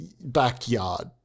backyard